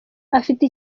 afite